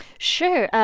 sure.